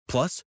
Plus